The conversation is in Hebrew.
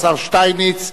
השר שטייניץ,